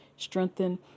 Strengthen